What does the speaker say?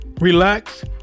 relax